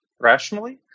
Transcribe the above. rationally